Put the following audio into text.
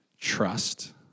trust